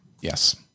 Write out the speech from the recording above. Yes